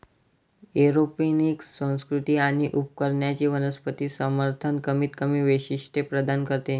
aeroponic संस्कृती आणि उपकरणांचे वनस्पती समर्थन कमीतकमी वैशिष्ट्ये प्रदान करते